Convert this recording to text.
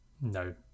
No